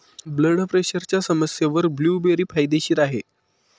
blood प्रेशरच्या समस्येवर blueberry फायदेशीर आहे